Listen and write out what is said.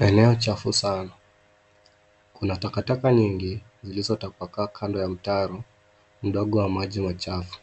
Eneo chafu sana. Kuna takataka nyingi zilizotapakaa kando ya mtaro mdogo wa maji wa chafu,